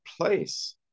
place